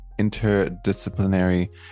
interdisciplinary